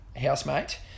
housemate